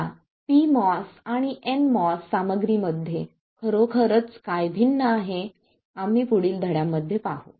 आता pMOS आणि nMOS सामग्रीमध्ये खरोखरच काय भिन्न आहे आम्ही पुढील धड्यांमध्ये पाहू